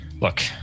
look